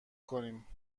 کنیم